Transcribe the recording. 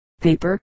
Paper